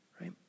right